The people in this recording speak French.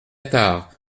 attard